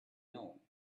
know